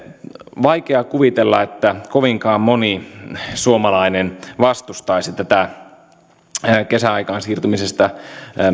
vaikea kuvitella että kovinkaan moni suomalainen vastustaisi tätä kesäaikaan siirtymisestä